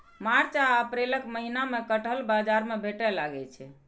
मार्च आ अप्रैलक महीना मे कटहल बाजार मे भेटै लागै छै